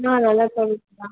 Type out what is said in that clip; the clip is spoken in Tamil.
ஆ நல்ல குவாலிட்டி தான்